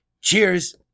Cheers